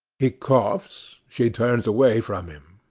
he coughs she turns away from him.